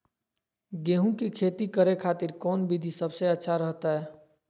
गेहूं के खेती करे खातिर कौन विधि सबसे अच्छा रहतय?